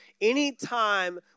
Anytime